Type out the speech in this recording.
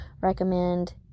recommend